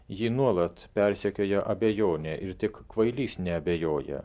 jį nuolat persekioja abejonė ir tik kvailys neabejoja